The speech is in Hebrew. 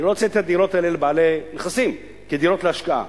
אני לא רוצה את הדירות האלה לבעלי נכסים כדירות להשקעה,